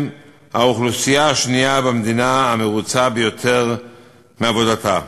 האוכלוסייה השנייה במדינה המרוצה ביותר מעבודתה,